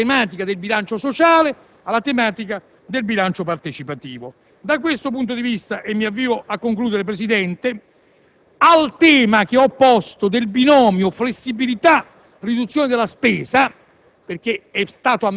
ho accennato alla tematica del bilancio sociale, alla tematica del bilancio partecipativo. Da questo punto di vista, accanto al tema che ho posto del binomio flessibilità-riduzione della spesa